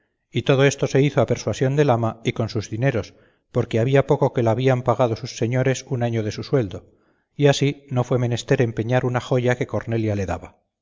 y todo esto se hizo a persuasión del ama y con sus dineros porque había poco que la habían pagado sus señores un año de su sueldo y así no fue menester empeñar una joya que cornelia le daba